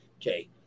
okay